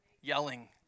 yelling